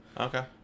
Okay